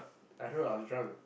I don't know I was drunk